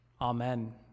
amen